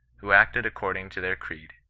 who acted according to their creed.